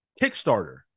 kickstarter